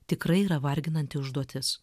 tikrai yra varginanti užduotis